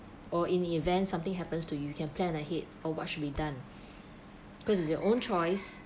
or in events something happens to you you can plan ahead or what should be done because it's your own choice